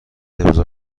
امضاء